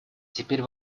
теперь